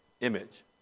image